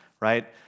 right